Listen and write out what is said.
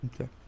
Okay